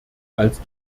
als